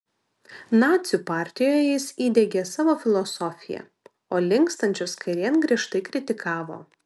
nacių partijoje jis įdiegė savo filosofiją o linkstančius kairėn griežtai kritikavo